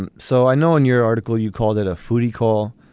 and so i know in your article you called it a foodie call.